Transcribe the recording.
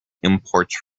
imports